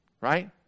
Right